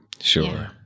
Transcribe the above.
sure